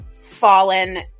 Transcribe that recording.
fallen